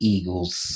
Eagles